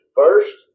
first